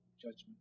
judgment